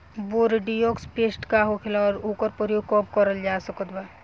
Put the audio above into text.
Bordeaux paste का होखेला और ओकर प्रयोग कब करल जा सकत बा?